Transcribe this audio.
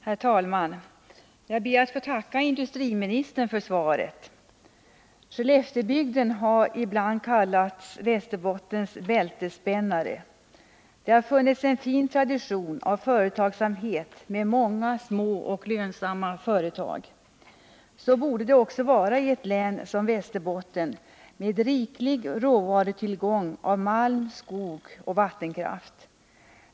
Herr talman! Jag ber att få tacka industriministern för svaret. Skelleftebygden har ibland kallats Västerbottens bältespännare. Det har där funnits en fin tradition av företagsamhet med många små och lönsamma företag. Så borde det också vara i ett län som Västerbotten med riklig råvarutillgång av malm, skog och vattenkraft.